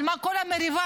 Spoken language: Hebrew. על מה כל המריבה?